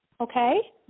Okay